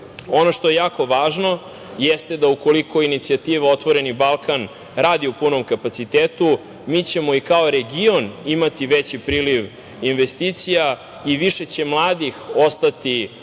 što je jako važno jeste da ukoliko je inicijativa „otvoreni Balkan“ radi u punom kapacitetu mi ćemo i kao region imati veći priliv investicija i više će mladih ostati